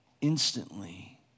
instantly